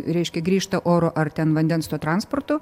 reiškia grįžta oro ar ten vandens tuo transportu